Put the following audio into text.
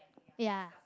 ya